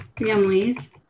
families